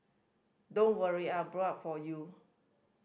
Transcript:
don't worry I've blown up for you